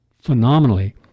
phenomenally